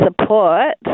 support